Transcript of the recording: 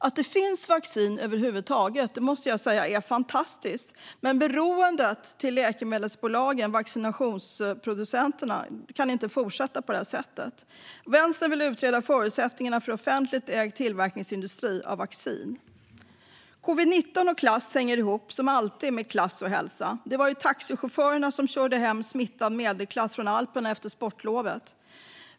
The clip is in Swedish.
Att det finns vaccin över huvud taget måste jag säga är fantastiskt, men beroendet av läkemedelsbolagen och vaccinproducenterna kan inte fortsätta på det här sättet. Vänstern vill utreda förutsättningarna för offentligt ägd tillverkningsindustri av vaccin. Covid-19 och klass hänger ihop, som alltid när det gäller klass och hälsa. Det var ju taxichaufförerna som körde hem smittad medelklass från Alperna efter sportlovet.